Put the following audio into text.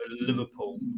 Liverpool